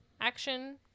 action